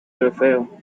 trofeo